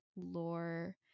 lore